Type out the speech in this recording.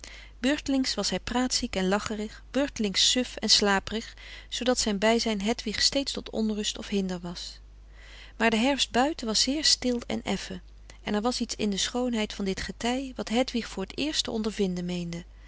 beurtelings was hij praatziek en lacherig beurtelings suf en slaperig zoodat zijn bijzijn hedwig steeds tot onrust of hinder was maar de herfst buiten was zeer stil en effen en er was iets in de schoonheid van dit getij wat hedwig voor t eerst te ondervinden meende